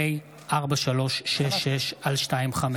פ/4366/25: